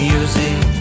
Music